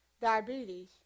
diabetes